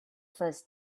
first